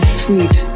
sweet